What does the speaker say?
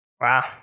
Wow